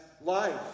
life